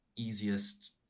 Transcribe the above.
easiest